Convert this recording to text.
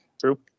true